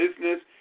business